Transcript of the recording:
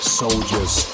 soldiers